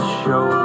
show